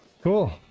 cool